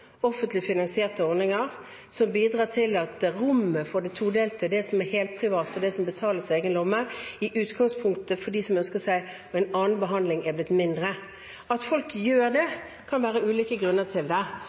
offentlig finansierte ordninger som bidrar til at rommet for det todelte helsevesenet, hvor det er en helprivat del som betales av egen lomme, av dem som ønsker seg en annen behandling, er blitt mindre. At folk gjør det, kan det